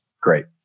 Great